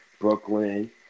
Brooklyn